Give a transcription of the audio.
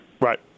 Right